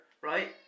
right